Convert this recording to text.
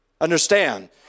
Understand